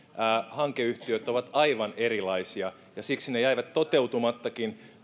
hankeyhtiöt ovat aivan erilaisia ja siksi ne jäivätkin toeutumatta